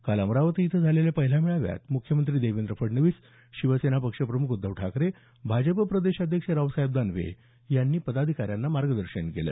काल अमरावती इथं झालेल्या पहिल्या मेळाव्यात मुख्यमंत्री देवेंद्र फडणवीस शिवसेना पक्षप्रमुख उद्धव ठाकरे भाजप प्रदेशाध्यक्ष रावसाहेब दानवे यांनी पदाधिकाऱ्यांना मार्गदर्शन केलं